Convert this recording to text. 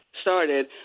started